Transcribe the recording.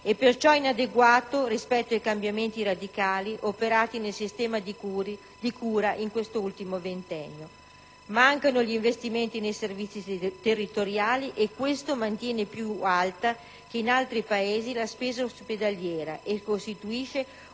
e perciò inadeguato rispetto ai cambiamenti radicali operati nel sistema di cura in questo ultimo ventennio. Mancano gli investimenti nei servizi territoriali e questo mantiene più alta che in altri Paesi la spesa ospedaliera e costituisce un fattore